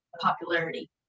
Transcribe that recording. popularity